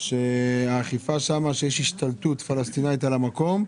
שהאכיפה שם איפה שיש השתלטות פלסטינית על המקום,